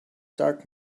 dark